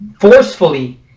forcefully